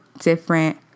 different